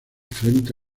frente